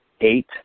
eight